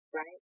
right